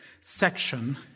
section